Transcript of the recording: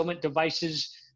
devices